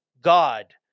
God